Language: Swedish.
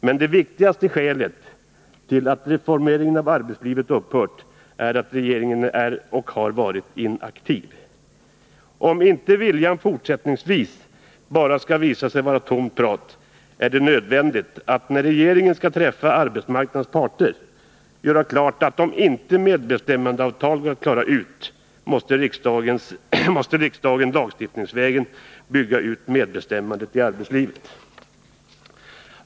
Men det viktigaste skälet till att reformeringen av arbetslivet upphört är att regeringen har varit och är inaktiv. Om inte viljan fortsättningsvis skall visa sig vara tomt prat är det nödvändigt att göra klart, när regeringen skall träffa arbetsmarknadens parter, att om inte medbestämmandeavtal går att klara ut, måste riksdagen lagstiftningsvägen bygga ut medbestämmandet i arbetslivet.